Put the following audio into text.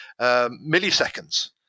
milliseconds